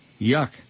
Yuck